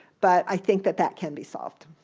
but i think that that can be solved.